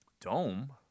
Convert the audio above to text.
Dome